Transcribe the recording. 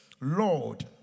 Lord